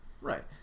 right